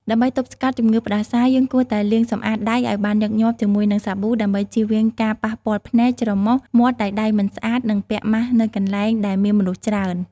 ដើម្បីទប់ស្កាត់ជំងឺផ្តាសាយ យើងគួរតែលាងសម្អាតដៃឲ្យបានញឹកញាប់ជាមួយនឹងសាប៊ូ ដើម្បីជៀសវាងការប៉ះពាល់ភ្នែក ច្រមុះ មាត់ដោយដៃមិនស្អាត និងពាក់ម៉ាស់នៅកន្លែងដែលមានមនុស្សច្រើន។